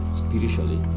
spiritually